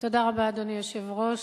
אדוני היושב-ראש,